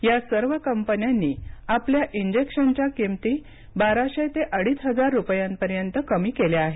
या सर्व कंपन्यांनी आपल्या इंजेक्शनच्या किंमती बाराशे ते अडीच हजार रुपयांपर्यंत कमी केल्या आहेत